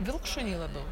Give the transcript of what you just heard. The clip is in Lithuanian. vilkšuniai labiau